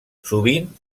sovint